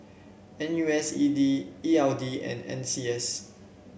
N U S E D E L D and N C S